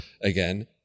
again